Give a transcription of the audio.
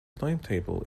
timetable